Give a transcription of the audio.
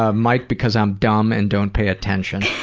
ah mike, because i'm dumb and don't pay attention.